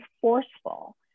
forceful